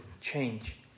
change